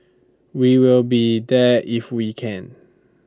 we will be there if we can